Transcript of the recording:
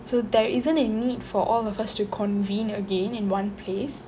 so there isn't a need for all of us to convene again in one place